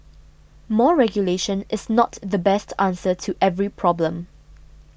more regulation is not the best answer to every problem